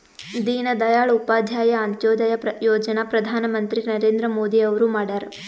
ದೀನ ದಯಾಳ್ ಉಪಾಧ್ಯಾಯ ಅಂತ್ಯೋದಯ ಯೋಜನಾ ಪ್ರಧಾನ್ ಮಂತ್ರಿ ನರೇಂದ್ರ ಮೋದಿ ಅವ್ರು ಮಾಡ್ಯಾರ್